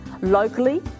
locally